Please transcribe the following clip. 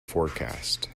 forecast